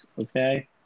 Okay